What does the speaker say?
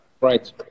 Right